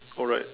alright